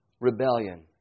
rebellion